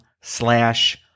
slash